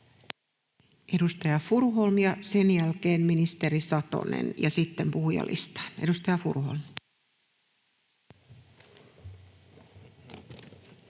Edustaja Furuholm ja sen jälkeen ministeri Satonen, ja sitten puhujalistaan. — Edustaja Furuholm.